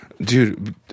Dude